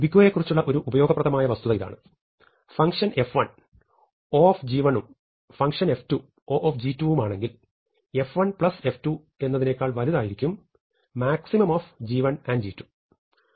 Big O യെക്കുറിച്ചുള്ള ഒരു ഉപയോഗപ്രദമായ വസ്തുത ഇതാണ് ഫങ്ഷൻ f1 O ഉം ഫങ്ഷൻ f2 O ഉം ആണെങ്കിൽ f1 f2 എന്നതിനെക്കാൾ വലുതായിരിക്കും maxg1 g2